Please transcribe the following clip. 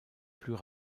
plus